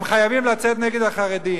הם חייבים לצאת נגד החרדים,